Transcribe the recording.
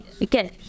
again